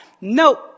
Nope